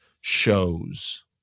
shows